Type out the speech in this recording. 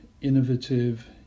innovative